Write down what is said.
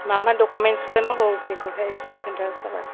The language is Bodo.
मा मा डकुमेन्सखो नांगौ बेखौहाय एसे खोन्था सारआ